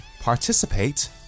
participate